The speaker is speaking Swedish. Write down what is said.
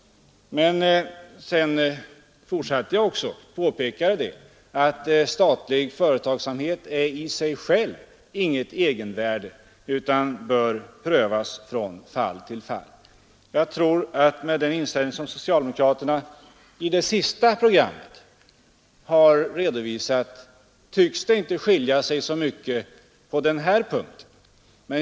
Men sedan fortsatte jag med att påpeka att statlig företagsamhet i sig själv inte är något egenvärde utan bör prövas från fall till fall. Att döma av den inställning som socialdemokraterna i det senaste programmet har redovisat tycks det inte skilja så mycket oss emellan på den punkten.